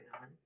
on